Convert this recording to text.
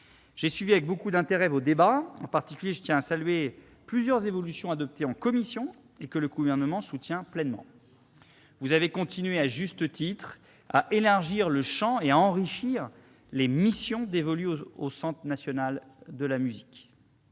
J'ai suivi avec beaucoup d'intérêt vos débats. Je tiens à saluer, en particulier, plusieurs évolutions adoptées en commission, que le Gouvernement soutient pleinement. Vous avez continué, à juste titre, à élargir le champ des missions dévolues au Centre national de la musique